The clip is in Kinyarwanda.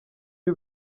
iyo